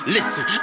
Listen